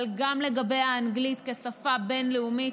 אבל גם לגבי האנגלית כשפה בין-לאומית,